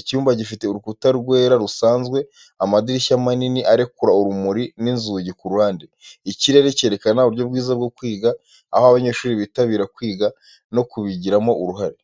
Icyumba gifite urukuta rwera rusanzwe, amadirishya manini arekura urumuri n'inzugi ku ruhande. Ikirere cyerekana uburyo bwiza bwo kwiga aho abanyeshuri bitabira kwiga no kubigiramo uruhare.